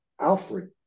alfred